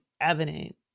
evident